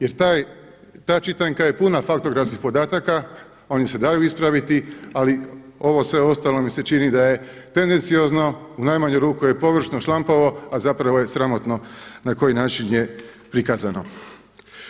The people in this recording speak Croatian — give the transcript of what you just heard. Jer ta čitanka je puna faktografskih podataka, oni se daju ispraviti, ali ovo sve ostalo mi se čini da je tendenciozno, u najmanju ruku je površno, šlampavo, a zapravo je sramotno na koji način je prikazano.